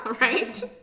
right